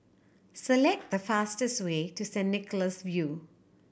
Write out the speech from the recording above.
select the fastest way to St Nicholas View